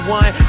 one